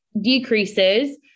decreases